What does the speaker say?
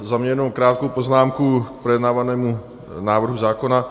Za mě jenom krátkou poznámku k projednávanému návrhu zákona.